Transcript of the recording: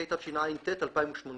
התשע"ט-2018